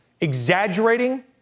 Exaggerating